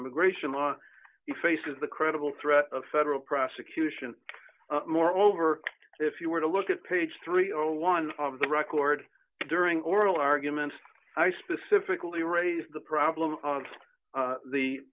immigration law he faces the credible threat of federal prosecution moreover if you were to look at page three or one of the record during oral arguments i specifically raised the problem with the